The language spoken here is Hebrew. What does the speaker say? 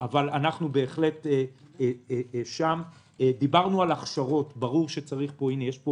אבל בהחלט דיברנו על הכשרות יש פה